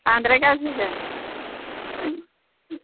बांद्राय गाज्रि जायाखै